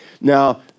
Now